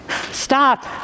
stop